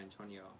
Antonio